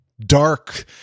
Dark